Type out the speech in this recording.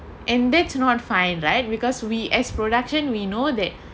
and that's not fine right because we as production we know that